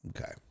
Okay